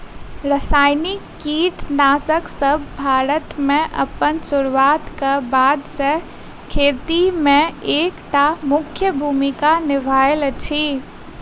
रासायनिक कीटनासकसब भारत मे अप्पन सुरुआत क बाद सँ खेती मे एक टा मुख्य भूमिका निभायल अछि